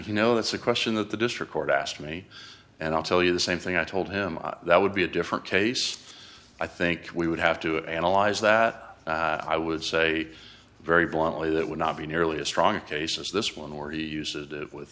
you know that's a question that the district court asked me and i'll tell you the same thing i told him that would be a different case i think we would have to analyze that i would say very bluntly that would not be nearly as strong a case as this one or he uses